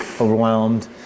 overwhelmed